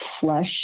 flush